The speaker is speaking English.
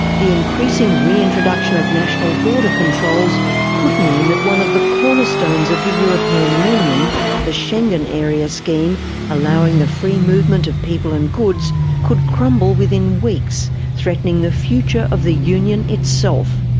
the increasing reintroduction of national border controls could mean that one of the cornerstones of the european union the schengen area scheme allowing the free movement of people and goods could crumble within weeks, threatening the future of the union itself.